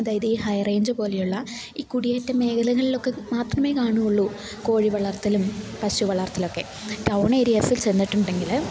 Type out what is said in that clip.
അതായത് ഈ high range പോലെയുള്ള ഈ കുടിയേറ്റ മേഖലകളിലൊക്കെ മാത്രമേ കാണുകയുള്ളൂ കോഴി വളർത്തലും പശു വളർത്തലൊക്കെ ടൗൺ ഏരിയാസിൽ ചെന്നിട്ടുണ്ടെങ്കിൽ